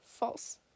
False